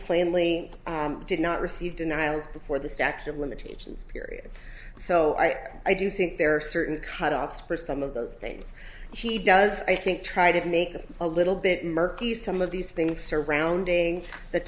plainly did not receive denials before the statute of limitations period so i i do think there are certain cut outs for some of those things he does i think try to make them a little bit murky some of these things surrounding the